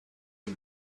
him